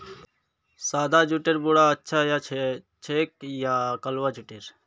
सादा जुटेर बोरा अच्छा ह छेक या कलवा जुटेर